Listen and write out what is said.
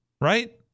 right